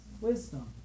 Wisdom